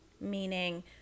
meaning